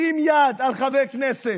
הרים יד על חבר כנסת?